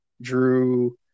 drew